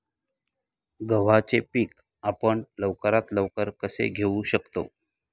गव्हाचे पीक आपण लवकरात लवकर कसे घेऊ शकतो?